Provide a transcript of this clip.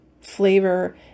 flavor